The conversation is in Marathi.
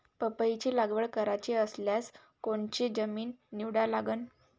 पपईची लागवड करायची रायल्यास कोनची जमीन निवडा लागन?